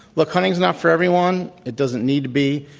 look, hunting's not for everyone. it doesn't need to be.